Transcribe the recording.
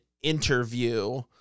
interview